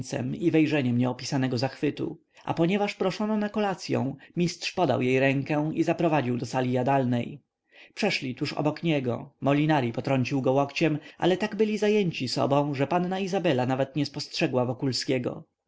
rumieńcem i wejrzeniem nieopisanego zachwytu a ponieważ proszono na kolacyą mistrz podał jej rękę i zaprowadził do sali jadalnej przeszli tuż obok niego molinari potrącił go łokciem ale tak byli zajęci sobą że panna izabela nawet nie spostrzegła wokulskiego